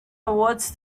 awards